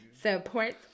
support